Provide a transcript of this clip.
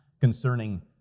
concerning